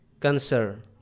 cancer